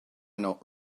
not